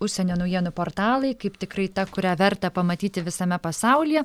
užsienio naujienų portalai kaip tikrai ta kurią verta pamatyti visame pasaulyje